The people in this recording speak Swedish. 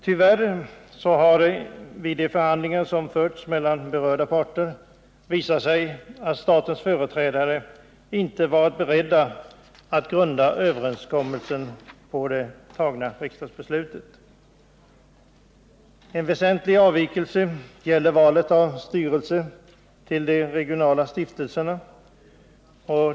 Tyvärr har det vid de förhandlingar som förts mellan berörda parter visat sig att statens företrädare inte varit beredda att grunda överenskommelsen på det tagna riksdagsbeslutet. En väsentlig avvikelse gällde valet av styrelse till de regionala stiftelserna.